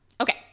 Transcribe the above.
Okay